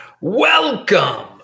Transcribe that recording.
Welcome